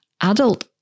adult